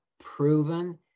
proven